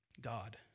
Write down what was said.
God